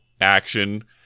action